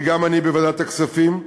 וגם אני, בוועדת הכספים,